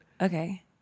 Okay